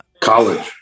college